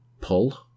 pull